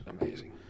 amazing